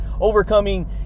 overcoming